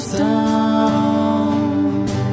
down